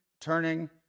turning